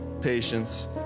patience